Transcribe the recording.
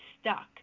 stuck